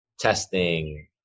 testing